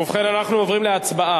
ובכן, אנחנו עוברים להצבעה.